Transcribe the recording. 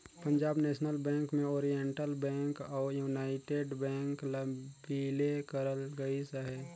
Punjab national bank में oriental bank अउ united bank ल बिले करल गइस अहे